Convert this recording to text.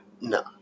No